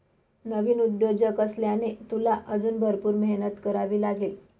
नवीन उद्योजक असल्याने, तुला अजून भरपूर मेहनत करावी लागेल